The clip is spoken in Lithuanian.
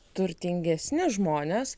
turtingesni žmonės